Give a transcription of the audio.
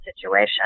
situation